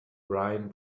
bryan